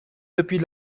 depuis